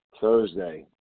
Thursday